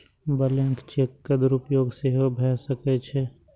blank cheque के दुरुपयोग सेहो भए सकै छै